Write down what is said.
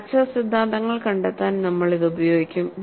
fracture സിദ്ധാന്തങ്ങൾ കണ്ടെത്താൻ നമ്മൾ ഇത് ഉപയോഗിക്കും